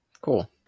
cool